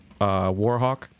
Warhawk